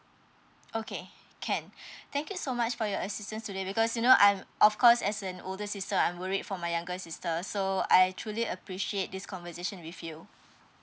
okay can thank you so much for your assistance today because you know I'm of course as an older sister I'm worried for my younger sister so I truly appreciate this conversation with you